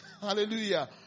Hallelujah